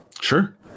sure